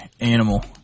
animal